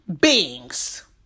beings